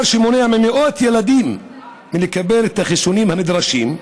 דבר שמונע ממאות ילדים לקבל את החיסונים הנדרשים.